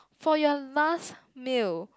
for your last meal